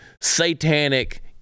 satanic